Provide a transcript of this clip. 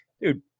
dude